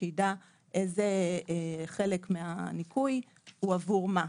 שיידע איזה חלק מהניכוי הוא עבור מה,